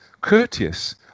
courteous